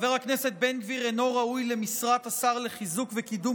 חבר הכנסת בן גביר אינו ראוי למשרת השר לחיזוק וקידום